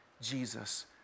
Jesus